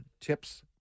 tips